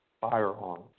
firearms